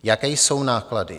Jaké jsou náklady?